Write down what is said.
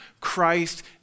Christ